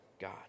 God